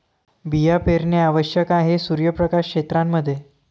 बिया पेरणे आवश्यक आहे सूर्यप्रकाश क्षेत्रां मध्ये